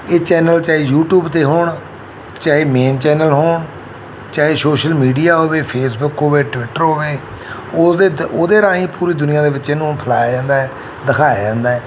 ਇਹ ਚੈਨਲ ਚਾਹੇ ਯੂਟੀਊਬ 'ਤੇ ਹੋਣ ਚਾਹੇ ਮੇਨ ਚੈਨਲ ਹੋਣ ਚਾਹੇ ਸੋਸ਼ਲ ਮੀਡੀਆ ਹੋਵੇ ਫੇਸਬੁੱਕ ਹੋਵੇ ਟਵਿੱਟਰ ਹੋਵੇ ਉਹਦੇ ਦ ਉਹਦੇ ਰਾਹੀਂ ਪੂਰੀ ਦੁਨੀਆਂ ਦੇ ਵਿੱਚ ਇਹਨੂੰ ਫੈਲਾਇਆ ਜਾਂਦਾ ਹੈ ਦਿਖਾਇਆ ਜਾਂਦਾ ਹੈ